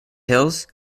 hills